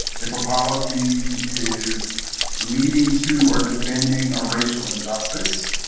if a policy is leading to or defending a racial injustice,